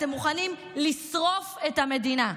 אתם מוכנים לשרוף את המדינה.